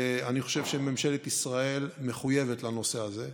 ואני חושבת שממשלת ישראל מחויבת לנושא הזה.